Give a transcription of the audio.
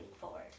forward